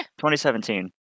2017